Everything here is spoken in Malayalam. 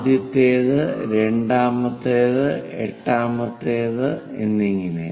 ആദ്യത്തേത് രണ്ടാമത്തേത് എട്ടാമത്തേത് എന്നിങ്ങനെ